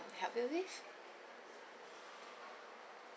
help you with